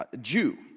Jew